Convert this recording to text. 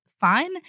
fine